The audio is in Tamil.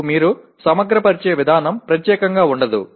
எனவே அந்த அளவிற்கு நீங்கள் ஒருங்கிணைக்கும் முறை தனித்துவமானது அல்ல